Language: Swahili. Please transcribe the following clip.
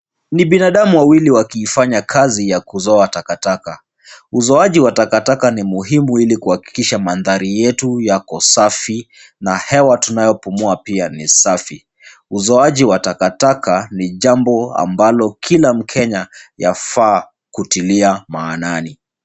Ni binadamu wawili wakiifanya kazi ya kuzoa takataka. Uzoaji wa takataka ni muhimu ili kuhakikisha mandhari yetu yako safi na hewa tunayopumua pia ni safi. Uzoaji wa takataka ni jambo ambalo kila mkenya yafaa kutilia maanani.